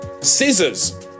scissors